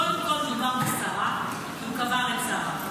קודם כל מדובר בשרה, הוא קבר את שרה,